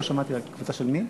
לא שמעתי רק, קבוצה של מי?